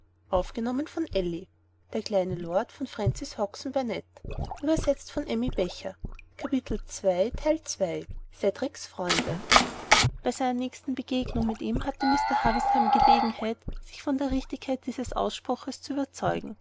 wilder junge bei seiner nächsten begegnung mit ihm hatte mr havisham gelegenheit sich von der richtigkeit dieses ausspruches zu überzeugen